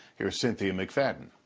here's cynthia mcfadden